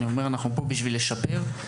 אנחנו פה בשביל לשפר.